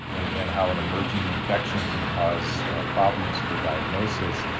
again how an emerging infection can cause problems for diagnosis,